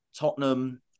Tottenham